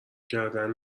کردن